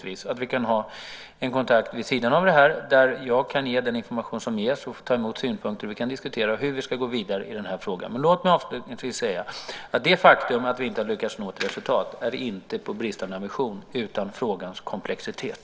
Vi kan också ha en kontakt vid sidan om där jag kan ge den information som ges och ta emot synpunkter, och vi kan diskutera hur vi ska gå vidare i frågan. Låt mig avslutningsvis säga att det faktum att vi inte har lyckats nå ett resultat inte beror på bristande ambition utan på frågans komplexitet.